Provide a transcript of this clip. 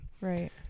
Right